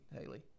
Haley